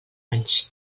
anys